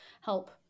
help